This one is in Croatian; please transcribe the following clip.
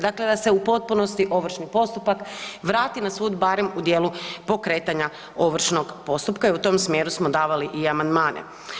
Dakle da se u potpunosti ovršni postupak vrati na sud barem u dijelu pokretanja ovršnog postupka i u tom smjeru smo davali i amandmane.